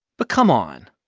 but come on.